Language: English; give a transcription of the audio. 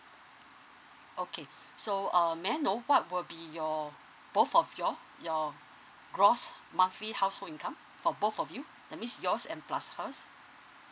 okay so uh may I know what will be your both of you all your gross monthly household income for both of you that means yours and plus hers